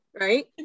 right